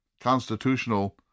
constitutional